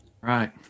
Right